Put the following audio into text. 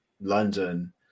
London